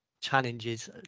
challenges